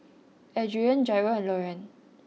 Adrienne Jairo and Loren